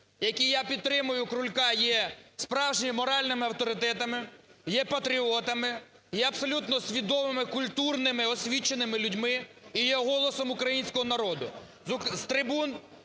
які, я підтримую Крулька, є справжніми моральними авторитетами, є патріотами, є абсолютно свідомими, культурними, освіченими людьми і є голосом українського народу. З трибун